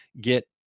get